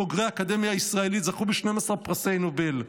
בוגרי האקדמיה הישראלית זכו ב-12 פרסי נובל.